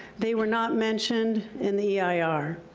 they were not mentioned in the eir.